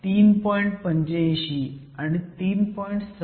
85 आणि 3